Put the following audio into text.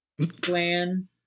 plan